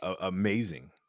amazing